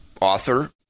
author